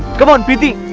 come on, preeti.